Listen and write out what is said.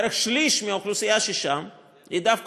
בערך שליש מהאוכלוסייה ששם היא דווקא